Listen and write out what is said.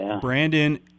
brandon